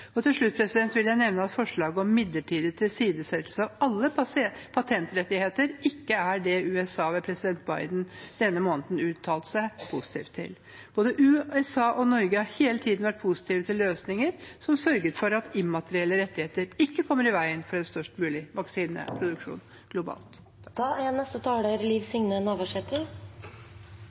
Til slutt vil jeg nevne at forslag om midlertidig tilsidesettelse av alle patentrettigheter ikke er det USA ved president Biden denne måneden uttalte seg positivt om. Både USA og Norge har hele tiden vært positive til løsninger som sørger for at immaterielle rettigheter ikke kommer i veien for en størst mulig vaksineproduksjon globalt.